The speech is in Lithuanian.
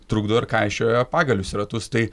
trukdo ir kaišioja pagalius į ratus tai